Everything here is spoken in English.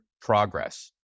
progress